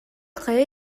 хайа